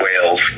Wales